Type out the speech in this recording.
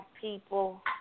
people